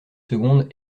secondes